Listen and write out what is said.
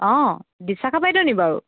অঁ বিশাখা বাইদেউ নি বাৰু